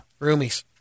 Roomies